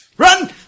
Run